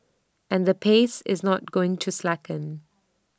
and the pace is not going to slacken